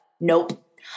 Nope